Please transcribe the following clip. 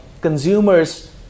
consumers